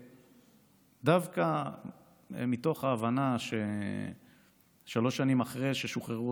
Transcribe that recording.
ודווקא מתוך ההבנה ששלוש שנים אחרי ששוחררו